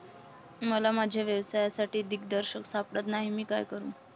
मला माझ्या व्यवसायासाठी दिग्दर्शक सापडत नाही मी काय करू?